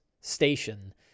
station